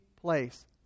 place